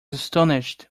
astonished